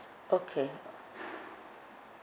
okay